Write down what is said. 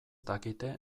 dakite